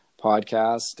podcast